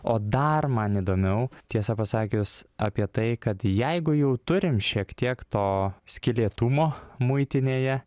o dar man įdomiau tiesa pasakius apie tai kad jeigu jau turim šiek tiek to skylėtumo muitinėje